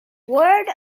word